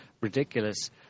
ridiculous